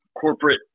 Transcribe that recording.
corporate